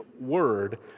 word